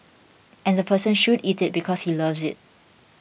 and the person should eat it because he loves it